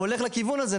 הולך לכיוון הזה.